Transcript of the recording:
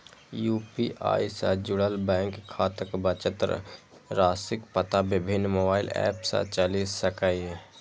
UPI सं जुड़ल bank खाताक बचत राशिक पता विभिन्न मोबाइल एप सं चलि सकैए